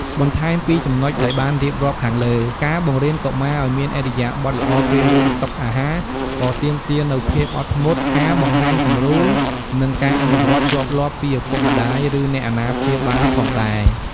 បន្ថែមពីលើចំណុចដែលបានរៀបរាប់ខាងលើ ការបង្រៀនកុមារឲ្យមានឥរិយាបថល្អពេលរួមតុអាហារ ក៏ទាមទារនូវភាពអត់ធ្មត់ ការបង្ហាញគំរូ និងការអនុវត្តជាប់លាប់ពីឪពុកម្តាយ ឬអ្នកអាណាព្យាបាលផងដែរ។